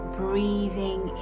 breathing